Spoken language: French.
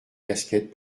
casquettes